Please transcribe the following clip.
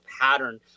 pattern